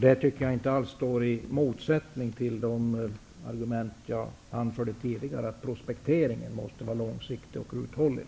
Det tycker jag inte alls står i motsättning till det argument jag anförde tidigare, att prospektering måste vara långsiktig och uthållig.